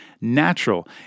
natural